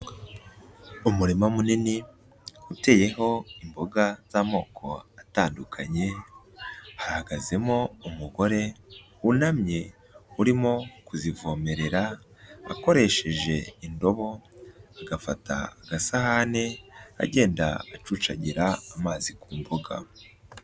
Umurima munini uteyeho imboga z'amoko atandukanye, hahagazemo umugore wunamye urimo kuzivomerera akoresheje indobo agafata agasahane agenda acucagira amazi ku mboga.